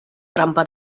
trampa